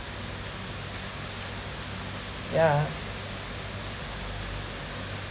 yeah